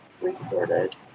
recorded